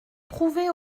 prouver